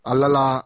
Alala